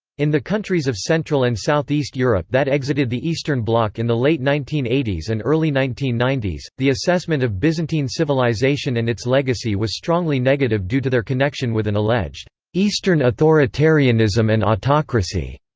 in the countries of central and southeast europe that exited the eastern bloc in the late nineteen eighty s and early nineteen ninety s, the assessment of byzantine civilisation and its legacy was strongly negative due to their connection with an alleged eastern authoritarianism and autocracy.